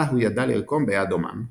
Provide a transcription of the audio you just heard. אותה הוא ידע לרקום ביד אומן.